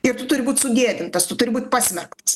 ir turi būt sugėdintas tu turi būt pasmerktas